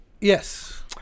Yes